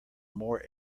more